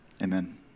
Amen